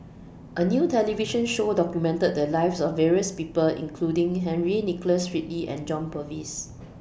A New television Show documented The Lives of various People including Henry Nicholas Ridley and John Purvis